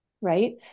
Right